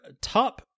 top